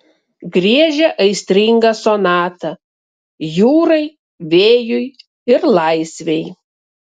griežia aistringą sonatą jūrai vėjui ir laisvei